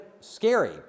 scary